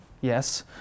Yes